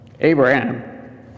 Abraham